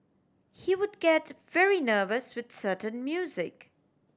he would get very nervous with certain music